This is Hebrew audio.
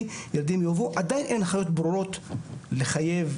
עדיין אין הנחיות ברורות לחייב.